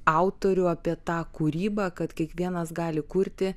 autorių apie tą kūrybą kad kiekvienas gali kurti